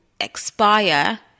expire